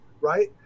right